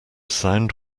sound